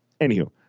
anywho